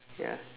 ya